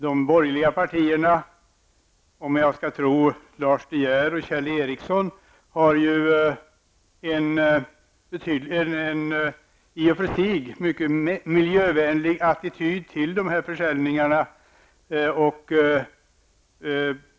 De borgerliga partierna har, om jag skall tro Lars De Geer och Kjell Ericsson, en mycket miljövänlig attityd till dessa försäljningar.